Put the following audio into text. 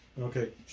Okay